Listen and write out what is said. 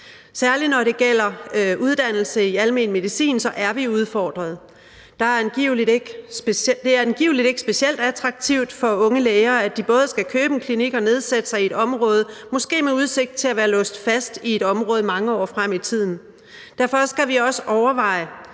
Særlig når det gælder uddannelse i almen medicin, er vi udfordret. Det er angiveligt ikke specielt attraktivt for unge læger, at de både skal købe en klinik og nedsætte sig i et område, måske med udsigt til at være låst fast i et område mange år frem i tiden. Derfor skal vi også overveje,